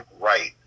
right